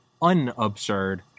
unabsurd